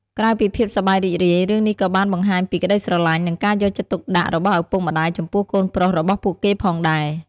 ក្រៅពីភាពសប្បាយរីករាយ រឿងនេះក៏បានបង្ហាញពីក្តីស្រឡាញ់ និងការយកចិត្តទុកដាក់របស់ឪពុកម្តាយចំពោះកូនប្រុសរបស់ពួកគេផងដែរ។